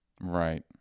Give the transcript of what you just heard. Right